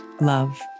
Love